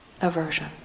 aversion